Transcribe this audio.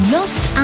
Lost